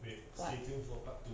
five do